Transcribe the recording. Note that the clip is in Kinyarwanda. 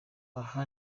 aha